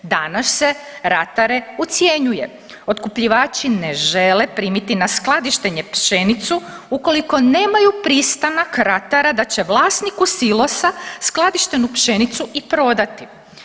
Danas se ratare ucjenjuje, otkupljivači ne žele primiti na skladištenje pšenicu ukoliko nemaju pristanak ratara da će vlasniku silosa skladištenu pšenicu i prodati.